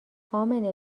امنه